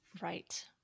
right